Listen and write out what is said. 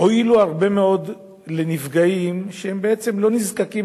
הועילו הרבה מאוד לנפגעים שבעצם לא נזקקים